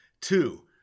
Two